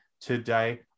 today